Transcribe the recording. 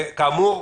כאמור,